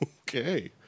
Okay